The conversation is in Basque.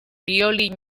biolin